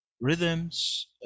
rhythms